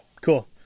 Cool